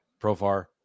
Profar